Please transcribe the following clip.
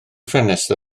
ffenestr